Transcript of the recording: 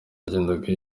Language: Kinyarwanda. yagendaga